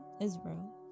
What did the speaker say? israel